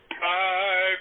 Five